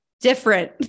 different